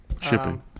shipping